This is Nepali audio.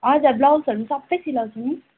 हजुर ब्लउजहरू सबै सिलाउँछु म